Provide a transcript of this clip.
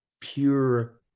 pure